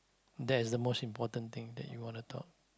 that is the most important thing that you wanna talk